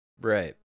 Right